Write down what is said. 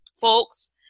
folks